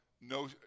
no